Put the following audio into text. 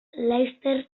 laster